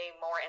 more